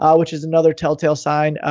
um which is another telltale sign.